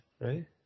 right